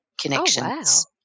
connections